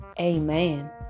Amen